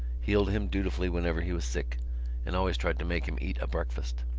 healed him dutifully whenever he was sick and always tried to make him eat a breakfast.